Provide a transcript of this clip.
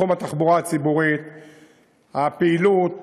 בתחום התחבורה הציבורית הפעילות,